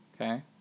Okay